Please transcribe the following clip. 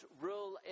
rule